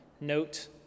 note